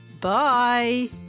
bye